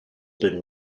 been